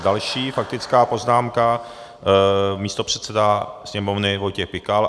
Další faktická poznámka, místopředseda Sněmovny Vojtěch Pikal.